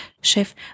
chef